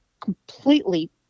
completely